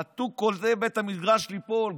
נטו כותלי בית המדרש ליפול.